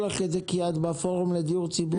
לך את זה כי את בפורום לדיור ציבורי.